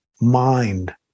mind